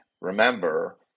Remember